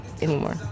anymore